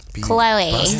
Chloe